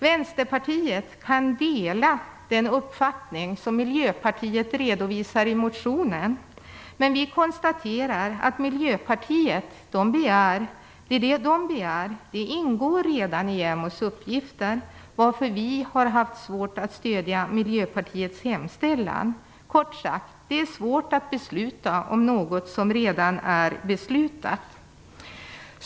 Vänsterpartiet kan dela den uppfattning som Miljöpartiet redovisar i motionen, men vi konstaterar att det Miljöpartiet begär redan ingår i JämO:s uppgifter, varför vi har haft svårt att stöda Miljöpartiets hemställan. Kort sagt: Det är svårt att besluta om något som redan är beslutat.